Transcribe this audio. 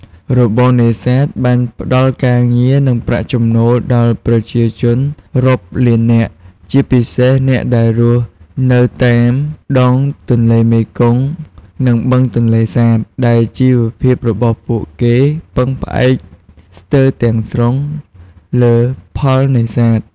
របរនេសាទបានផ្ដល់ការងារ និងប្រាក់ចំណូលដល់ប្រជាជនរាប់លាននាក់ ជាពិសេសអ្នកដែលរស់នៅតាមដងទន្លេមេគង្គ និងបឹងទន្លេសាប ដែលជីវភាពរបស់ពួកគេពឹងផ្អែកស្ទើរទាំងស្រុងលើផលនេសាទ។